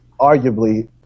arguably